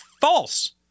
false